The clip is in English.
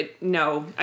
no